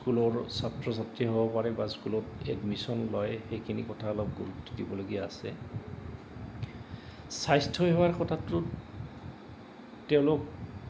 স্কুলৰ ছাত্ৰ ছাত্ৰী হ'ব পাৰে বা স্কুলত এডমিশ্যন লয় সেইখিনি কথা অলপ গুৰুত্ব দিবলগীয়া আছে স্বাস্থ্যসেৱাৰ কথাটোত তেওঁলোক